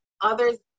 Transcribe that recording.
others